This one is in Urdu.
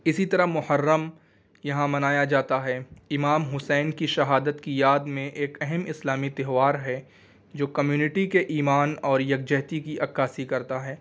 اسی طرح محرم یہاں منایا جاتا ہے امام حسین کی شہادت کی یاد میں ایک اہم اسلامی تہوار ہے جو کمیونٹی کے ایمان اور یکجہتی کی عکاسی کرتا ہے